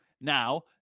Now